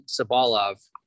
Sabalov